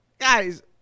guys